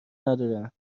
ندارن